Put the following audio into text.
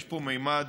יש ממד